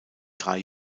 drei